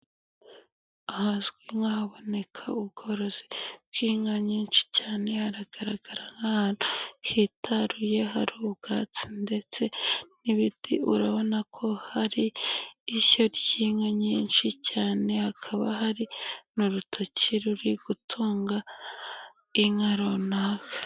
Ahazwi nk'ahaboneka ubworozi bw'inka nyinshi cyane, hagaragara nk'ahantu hitaruye hari ubwatsi ndetse n'ibiti, urabona ko hari ishyo ry'inka nyinshi cyane, hakaba hari n'urutoki ruri gutunga inka runaka.